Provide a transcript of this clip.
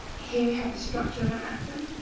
here, we have a structure of an atom.